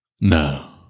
no